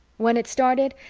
when it started,